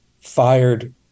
fired